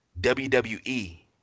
WWE